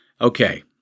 Okay